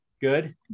Good